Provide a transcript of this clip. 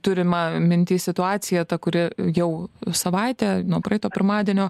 turima minty situaciją ta kuri jau savaitę nuo praeito pirmadienio